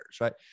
right